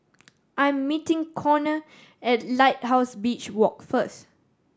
I am meeting Konner at Lighthouse Beach Walk first